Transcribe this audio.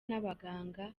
n’abaganga